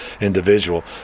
individual